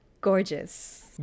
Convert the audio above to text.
Gorgeous